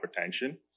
hypertension